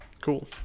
cool